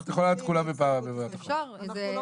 1 נגד, 2